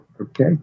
Okay